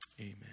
Amen